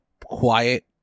quiet